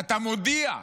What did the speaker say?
אתה מודיע לאמריקאים,